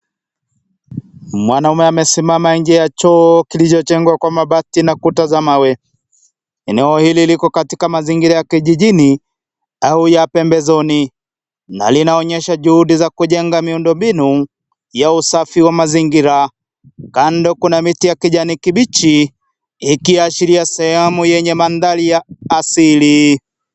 Mwanaume amesimama nje ya choo kilichojengwa na mabati na kuta za mawe. Eneo hili liko katika mazingira ya kijijini au ya pempezoni na linaonyeshwa juhudi za kujenga miundu mbinu ya usafi wa mazingira . Kando kuna miti ya kijani kibichi ikiashirua sehemu yenye mandhari ya asili.